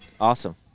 Awesome